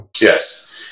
yes